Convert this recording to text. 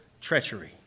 treachery